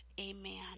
Amen